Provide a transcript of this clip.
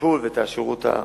הטיפול ואת השירות המתבקש.